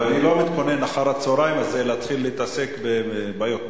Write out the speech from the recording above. ואני לא מתכונן אחר-הצהריים הזה להתחיל להתעסק בבעיות משמעת.